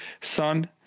Son